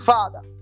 Father